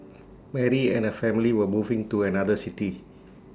Mary and her family were moving to another city